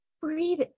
Breathe